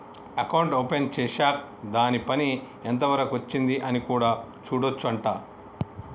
account open చేశాక్ దాని పని ఎంత వరకు వచ్చింది అని కూడా చూడొచ్చు అంట